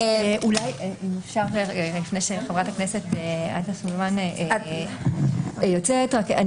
אם אפשר לפני שחברת הכנסת סלימאן יוצאת, אני